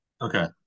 Okay